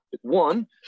One